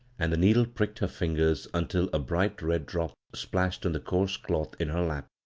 and the needle pricked her fingers until a bright red drop splashed on the coarse doth in her lap.